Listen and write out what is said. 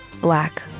Black